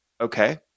okay